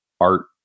art